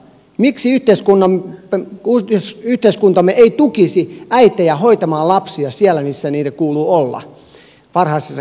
miksi yhteiskuntamme ei tukisi äitejä hoitamaan lapsia siellä missä näiden kuuluu olla varhaisessa kehitysiässä